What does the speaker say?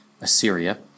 Assyria